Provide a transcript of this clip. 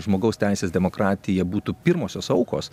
žmogaus teisės demokratija būtų pirmosios aukos